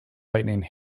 lightning